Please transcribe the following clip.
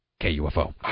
KUFO